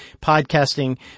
podcasting